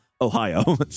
Ohio